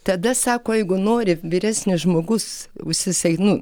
tada sako jeigu nori vyresnis žmogus užsisai nu